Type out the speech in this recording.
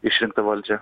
išrinktą valdžią